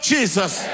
Jesus